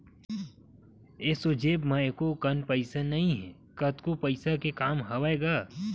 एसो जेब म एको कन पइसा नइ हे, कतको पइसा के काम हवय गा